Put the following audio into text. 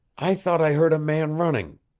i thought i heard a man running.